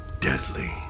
deadly